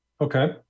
Okay